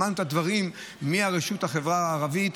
למדנו את הדברים מהרשות בחברה הערבית.